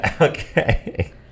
Okay